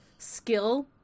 skill